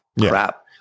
crap